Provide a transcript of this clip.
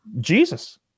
Jesus